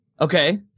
Okay